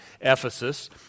Ephesus